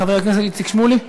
חבר הכנסת איציק שמולי,